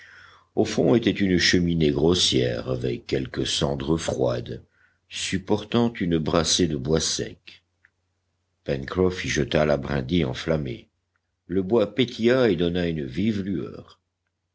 au fond était une cheminée grossière avec quelques cendres froides supportant une brassée de bois sec pencroff y jeta la brindille enflammée le bois pétilla et donna une vive lueur